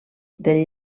del